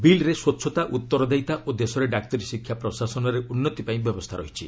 ବିଲ୍ରେ ସ୍ୱଚ୍ଚତା ଉତ୍ତରଦାୟିତା ଓ ଦେଶରେ ଡାକ୍ତରୀ ଶିକ୍ଷା ପ୍ରଶାସନରେ ଉନ୍ନତି ପାଇଁ ବ୍ୟବସ୍ଥା ରହିଛି